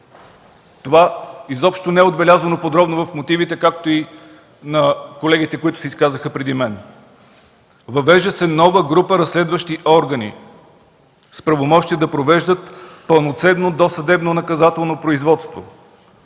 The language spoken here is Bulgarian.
Това изобщо не е отбелязано подробно в мотивите, както и на колегите, изказали се преди мен. Въвежда се нова група разследващи органи с правомощия да провеждат пълноценно досъдебно наказателно производство.